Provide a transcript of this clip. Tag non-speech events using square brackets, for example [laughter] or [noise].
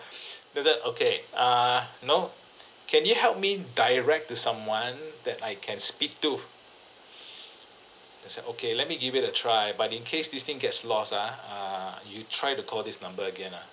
[breath] does that okay err no can you help me direct to someone that I can speak to [breath] they said okay let me give it a try but in case this thing gets lost ah err you try to call this number again ah